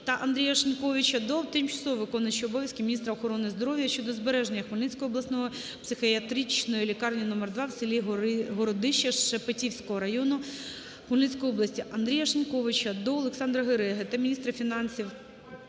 Андрія Шиньковича до тимчасово виконуючої обов'язки міністра охорони здоров'я щодо збереження Хмельницької обласної психіатричної лікарні № 2 в селі Городище Шепетівського району Хмельницької області. Андрія Шиньковича та Олександра Гереги до міністра фінансів